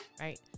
Right